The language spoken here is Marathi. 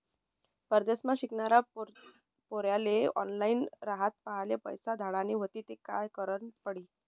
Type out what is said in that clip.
परदेसमा शिकनारा पोर्यास्ले ऑनलाईन रातपहाटले पैसा धाडना व्हतीन ते काय करनं पडी